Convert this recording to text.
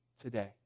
today